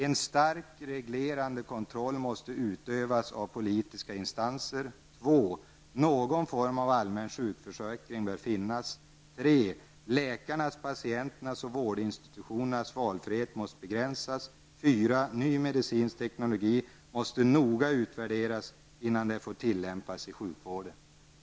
En starkt reglerande kontroll måste utövas av politiska instanser. 2. Någon form av allmän sjukförsäkring bör finnas. 3. Läkarnas, patienternas och vårdinstitutionernas valfrihet måste begränsas. 4. Ny medicinsk teknik måste noga utvärderas, innan den får tillämpas inom sjukvården.